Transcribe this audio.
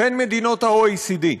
של מדינות ה-OECD.